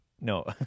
No